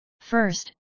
First